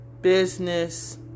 business